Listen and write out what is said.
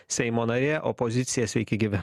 seimo narė opozicija sveiki gyvi